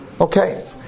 Okay